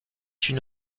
une